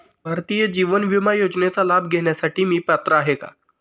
भारतीय जीवन विमा योजनेचा लाभ घेण्यासाठी मी पात्र आहे का?